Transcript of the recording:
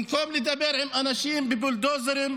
במקום לדבר עם אנשים בבולדוזרים,